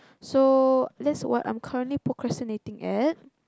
so that's what I'm currently procrastinating at